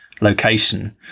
location